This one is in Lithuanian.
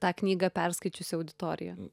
tą knygą perskaičiusi auditorija